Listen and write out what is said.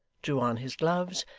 drew on his gloves,